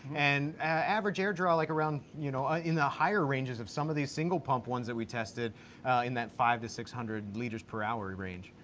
and average air draw like around, you know ah in the higher ranges of some of these single pump ones that we tested in that five to six hundred liter per hour range.